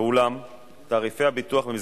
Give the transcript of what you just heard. נא